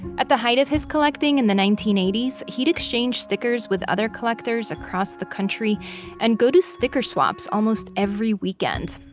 at the height of his collecting in the nineteen eighty s, he'd exchanged stickers with other collectors across the country and go to sticker swaps almost every weekend.